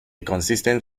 consistent